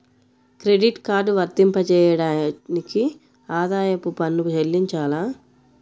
Credit card వర్తింపజేయడానికి ఆదాయపు పన్ను చెల్లించాలా?